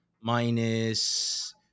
minus